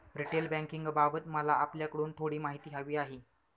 retail बँकिंगबाबत मला आपल्याकडून थोडी माहिती हवी आहे